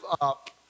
up